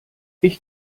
ich